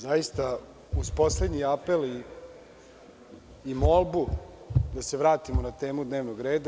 Zaista uz poslednji apel i molbu da se vratimo na temu dnevnog reda.